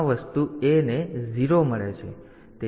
તેથી આ વસ્તુ A ને 0 મળે છે